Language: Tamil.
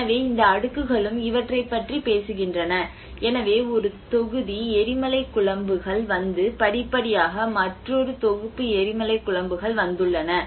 எனவே இந்த அடுக்குகளும் இவற்றைப் பற்றி பேசுகின்றன எனவே ஒரு தொகுதி எரிமலைக்குழம்புகள் வந்து படிப்படியாக மற்றொரு தொகுப்பு எரிமலைக்குழம்புகள் வந்துள்ளன